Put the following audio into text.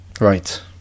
Right